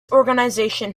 organization